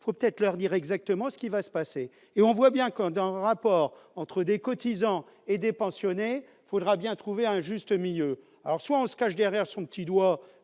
il faut peut-être leur dire exactement ce qui va se passer. Dans le rapport entre des cotisants et des pensionnés, il faudra bien trouver un juste milieu. Alors soit on se cache derrière son petit doigt,